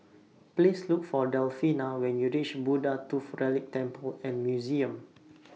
Please Look For Delfina when YOU REACH Buddha Tooth Relic Temple and Museum